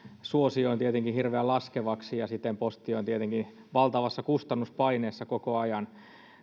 suosion tietenkin hirveän laskevaksi ja siten posti on valtavassa kustannuspaineessa koko ajan